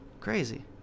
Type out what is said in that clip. Crazy